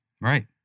right